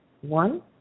one